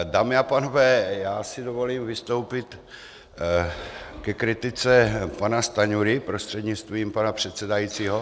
Dámy a pánové, já si dovolím vystoupit ke kritice pana Stanjury prostřednictvím pana předsedajícího.